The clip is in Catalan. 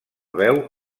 veu